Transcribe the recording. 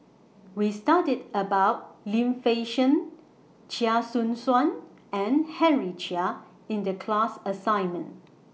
We studied about Lim Fei Shen Chia Choo Suan and Henry Chia in The class assignment